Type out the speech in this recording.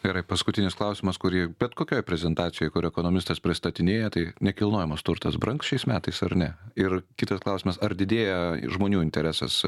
gerai paskutinis klausimas kurį bet kokioje prezentacijoje kur ekonomistas pristatinėja tai nekilnojamas turtas brangs šiais metais ar ne ir kitas klausimas ar didėja žmonių interesas